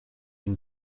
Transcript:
une